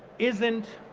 isn't